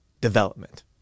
development